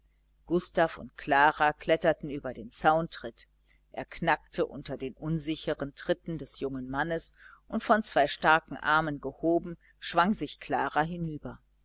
gustav und klara kletterten über den zauntritt er knackte unter den unsicheren tritten des jungen mannes und von zwei starken armen gehoben schwang sich klara hinüber